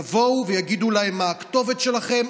יבואו ויגידו להם: מה הכתובת שלכם?